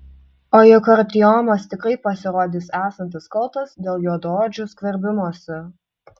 o juk artiomas tikrai pasirodys esantis kaltas dėl juodaodžių skverbimosi